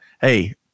hey